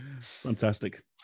fantastic